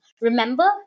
Remember